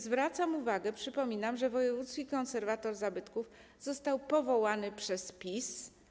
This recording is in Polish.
Zwracam uwagę, przypominam, że wojewódzki konserwator zabytków został powołany przez PiS.